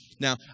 Now